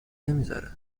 نمیذاره